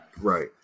Right